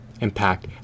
impact